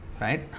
right